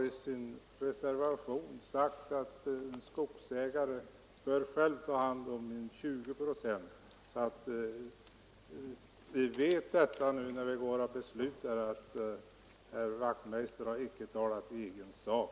I sin reservation har han sagt att en skogsägare själv bör ta hand om 20 procent. Vi vet nu, när vi går att fatta beslut, att herr Wachtmeister icke har talat i egen sak.